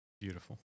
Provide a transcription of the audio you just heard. Beautiful